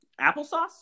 Applesauce